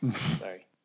Sorry